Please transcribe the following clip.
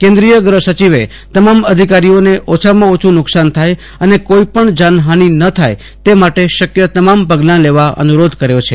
કેન્દ્રિય ગૃહ સચિવે તમામ અધિકારીઓને ઓછામાં ઓછું નુકસાન થાય અને કોઇ પણ જાનહાનિ ન થાય તે માટે શક્ય તમામ પગલા લેવા અનુરોધ કર્યો છે